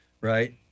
Right